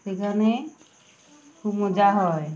সেখানে খুব মজা হয়